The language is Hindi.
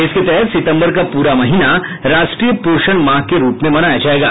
इसके तहत सितम्बर का पूरा महीना राष्ट्रीय पोषण माह के रूप में मनाया जाएगा